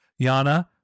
Yana